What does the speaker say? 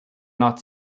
not